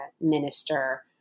minister